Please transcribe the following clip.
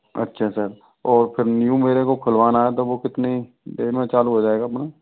अच्छा सर और फिर न्यू मेरे को खुलवाना है तो वो कितनी देर में चालू हो जाएगा अपना